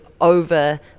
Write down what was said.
over